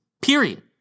Period